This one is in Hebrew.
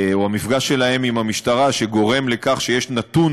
המפגש שלהם עם המשטרה שגורם לכך שיש נתון